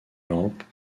lampe